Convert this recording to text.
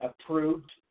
approved